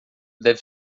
deve